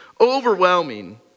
overwhelming